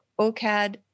OCAD